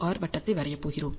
R வட்டத்தை வரையப் போகிறோம்